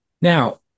Now